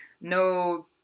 no